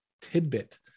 tidbit